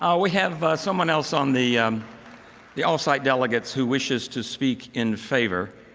ah we have someone else on the the off site delegates who wishes to speak in favor.